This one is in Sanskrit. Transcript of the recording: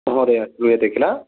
महोदय श्रूयते खिल